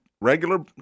regular